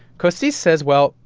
costis says, well,